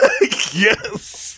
Yes